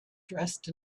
dressed